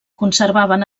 conservaven